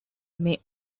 may